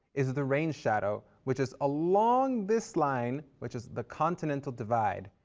is the rain shadow which has a long this line, which is the continental divide.